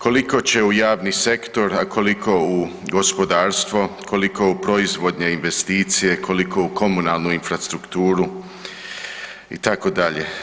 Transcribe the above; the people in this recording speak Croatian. Koliko će u javni sektor, a koliko u gospodarstvo, koliko u proizvodnje i investicije, koliko u komunalnu infrastrukturu, itd.